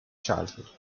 childhood